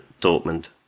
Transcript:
Dortmund